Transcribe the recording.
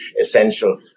essential